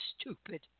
stupid